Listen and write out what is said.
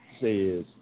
says